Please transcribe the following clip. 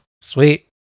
sweet